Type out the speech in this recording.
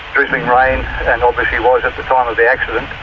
drizzling rain and obviously was at the time of the accident,